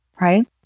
Right